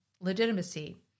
legitimacy